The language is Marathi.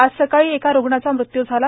आज सकाळी एका रुग्णाचा मृत्यू झाला